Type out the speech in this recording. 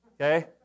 Okay